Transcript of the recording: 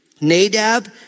Nadab